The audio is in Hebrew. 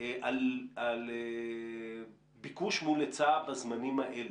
על ביקוש מול היצע בזמנים האלה?